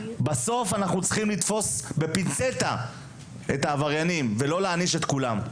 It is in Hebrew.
בסוף אנחנו צריכים לתפוס בפינצטה את העבריינים ולא להעניש את כולם.